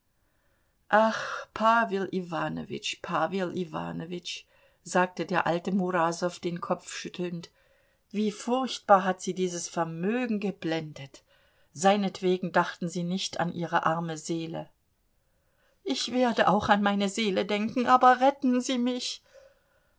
ach pawel iwanowitsch pawel iwanowitsch sagte der alte murasow den kopf schüttelnd wie furchtbar hat sie dieses vermögen geblendet seinetwegen dachten sie nicht an ihre arme seele ich werde auch an meine seele denken aber retten sie mich